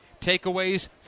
Takeaways